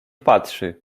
patrzy